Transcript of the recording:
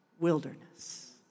wilderness